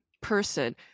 person